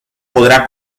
podrá